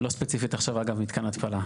לא ספציפית עכשיו אגב מתקן התפלה.